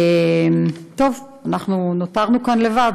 אנחנו נותרנו כאן לבד,